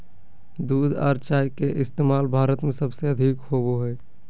दूध आर चाय के इस्तमाल भारत में सबसे अधिक होवो हय